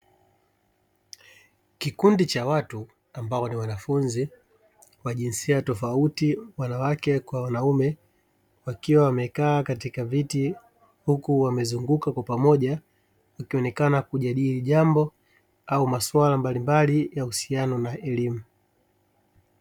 Kikundi cha watu, ambao ni wanafunzi wajinsia tofauti wanawake kwa wanaume, wakiwa wamekaa katika viti huku wamezunguka kwa pamoja wakionekana kujadili jambo au maswala mbalimbali ya uhusiano na elimu.